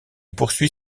poursuit